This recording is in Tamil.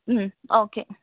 ம் ஓகே